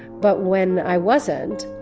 but when i wasn't,